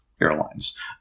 airlines